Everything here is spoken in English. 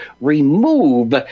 remove